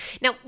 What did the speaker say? Now